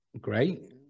great